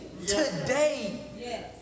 today